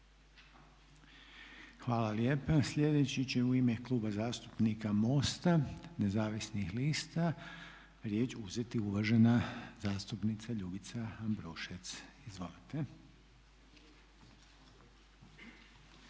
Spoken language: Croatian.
Hvala lijepa. Sljedeća će u ime Kluba zastupnika MOST-a nezavisnih lista riječ uzeti uvažena zastupnica Ljubica Ambrušec, izvolite.